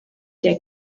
der